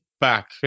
back